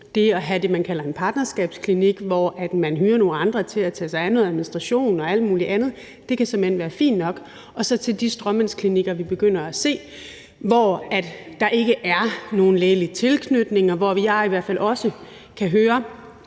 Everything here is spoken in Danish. det, man kalder en partnerskabsklinik, hvor man hyrer nogle andre til at tage sig af noget administration og alt muligt andet – det kan såmænd være fint nok – og så de stråmandsklinikker, vi begynder at se, hvor der ikke er nogen lægelig tilknytning, og hvor jeg i hvert fald også kan høre